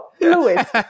Lewis